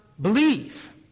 believe